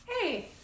hey